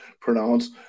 pronounce